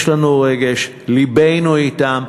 יש לנו רגש, לבנו אתם,